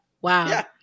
Wow